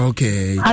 Okay